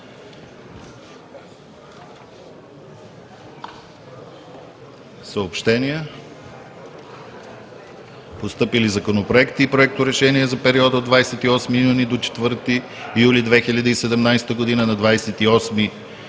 Съобщения: Постъпили законопроекти и проекторешения за периода от 28 юни до 4 юли 2017 г.: На 28 юни